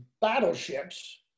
battleships